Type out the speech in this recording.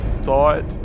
thought